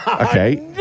Okay